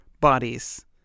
bodies